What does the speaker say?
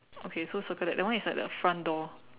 okay so circle that that one is at the front door